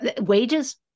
Wages